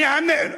נהמר.